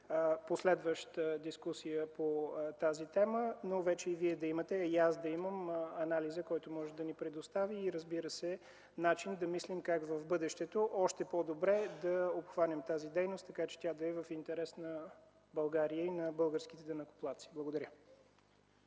последваща дискусия по тази тема. И Вие, и аз да имаме анализа, който може да ни предостави, разбира се, начин да мислим как в бъдещето още по-добре да обхванем тази дейност, така че тя да е в интерес на България и на българските данъкоплатци. Благодаря,